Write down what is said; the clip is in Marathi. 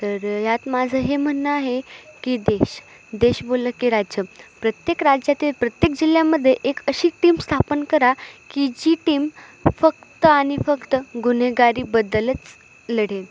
तर यात माझं हे म्हणणं आहे की देश देश बोललं की राज्य प्रत्येक राज्यातील प्रत्येक जिल्ह्यामध्ये एक अशी टीम स्थापन करा की जी टीम फक्त आणि फक्त गुन्हेगारीबद्दलच लढेल